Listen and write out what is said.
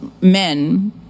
men